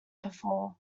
before